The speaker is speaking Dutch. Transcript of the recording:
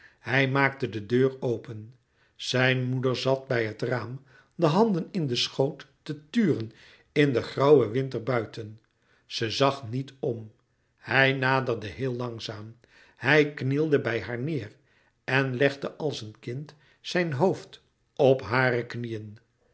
hij maakte de deur open zijn moeder zat bij het raam de handen in den schoot te turen in den grauwen winter buiten ze zag niet om hij naderde heel langzaam hij knielde bij haar neêr en legde als een kind zijn hoofd op hare knieën